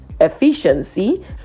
efficiency